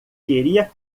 queria